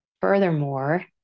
Furthermore